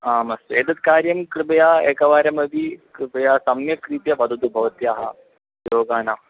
आम् अस्तु एतत् कार्यं कृपया एकवारमपि कृपया सम्यक् रीत्या वदतु भवत्याः योगानाम्